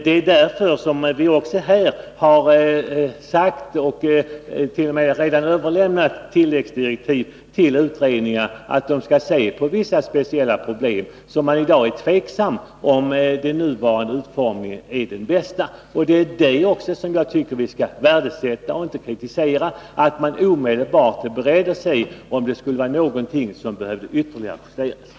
Det är därför som vi redan t.o.m. har överlämnat tilläggsdirektiv till utredningar om att de skall studera vissa speciella problem inom de avsnitt där man i dag är tveksam om huruvida den nuvarande utformningen är den bästa. Jag tycker att vi skall uppskatta och inte kritisera att man omedelbart är beredd att utreda om det är något som behöver justeras ytterligare.